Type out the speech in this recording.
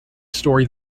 story